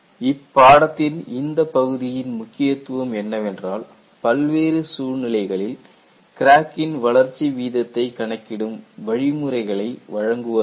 இப்பாடத்தின் இந்த பகுதியின் முக்கியத்துவம் என்னவென்றால் பல்வேறு சூழ்நிலைகளில் கிராக்கின் வளர்ச்சி வீதத்தைகணக்கிடும் வழிமுறைகளை வழங்குவதாகும்